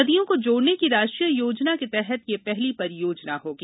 नदियों को जोड़ने की राष्ट्रीय योजना के तहत यह पहली परियोजना होगी